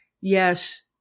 yes